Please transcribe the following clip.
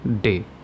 day